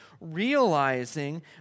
realizing